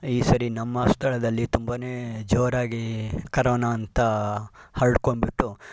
ಈ ಸರಿ ನಮ್ಮ ಸ್ಥಳದಲ್ಲಿ ತುಂಬನೇ ಜೋರಾಗಿ ಕರೋನಾ ಅಂತಾ ಹರಡ್ಕೊಂಡು ಬಿಡ್ತು